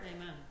Amen